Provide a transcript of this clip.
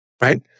right